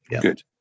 good